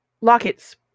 locket's